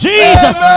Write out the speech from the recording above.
Jesus